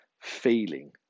feeling